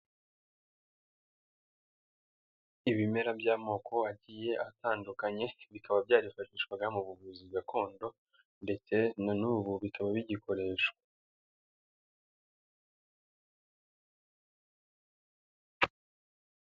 Ibimera by'amoko agiye atandukanye bikaba byarifashishwaga mu buvuzi gakondo ndetse na n'ubu bikaba bigikoreshwa.